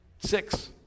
Six